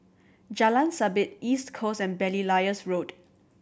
Jalan Sabit East Coast and Belilios Road